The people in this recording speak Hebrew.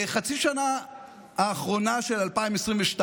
בחצי השנה האחרונה של 2022,